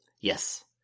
Yes